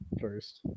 first